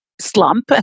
slump